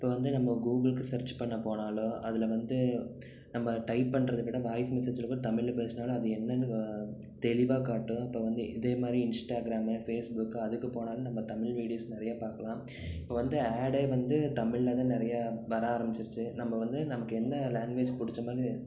இப்போ வந்து நம்ம கூகுள்க்கு சர்ச் பண்ண போனாலோ அதில் வந்து நம்ம டைப் பண்ணுறத விட வாய்ஸ் மெசேஜில் வந்து தமிழில் பேசுனாலும் அது என்னன்னு தெளிவாக காட்டும் இப்போ வந்து இதே மாதிரி இன்ஸ்டாகிராமு ஃபேஸ்புக் அதுக்கு போனாலும் நம்ம தமிழ் வீடியோஸ் நிறையா பார்க்கலாம் இப்போ வந்து ஆடே வந்து தமிழில் தான் நிறையா வர ஆரமிச்சிருச்சு நம்ம வந்து நமக்கு என்ன லாங்குவேஜ் பிடிச்ச மாதிரி